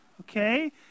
okay